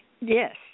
Yes